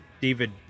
David